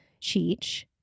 Cheech